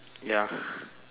ya